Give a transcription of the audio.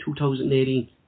2018